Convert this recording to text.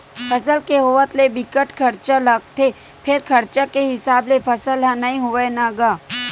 फसल के होवत ले बिकट खरचा लागथे फेर खरचा के हिसाब ले फसल ह नइ होवय न गा